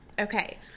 Okay